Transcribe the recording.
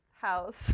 house